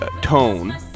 tone